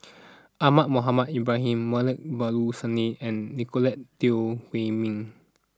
Ahmad Mohamed Ibrahim Moulavi Babu Sahib and Nicolette Teo Wei Min